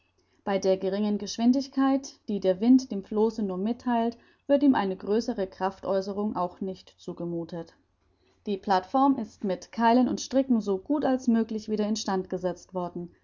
bei der geringen geschwindigkeit die der wind dem flosse nur mittheilt wird ihm eine größere kraftäußerung auch nicht zugemuthet die plattform ist mit keilen und stricken so gut als möglich wieder in stand gesetzt worden